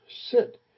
sit